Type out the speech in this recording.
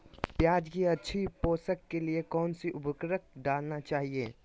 प्याज की अच्छी पोषण के लिए कौन सी उर्वरक डालना चाइए?